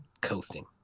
coasting